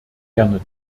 gerne